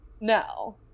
No